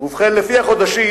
לפי החודשים,